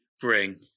bring